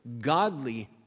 godly